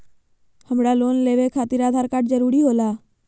हमरा लोन लेवे खातिर आधार कार्ड जरूरी होला?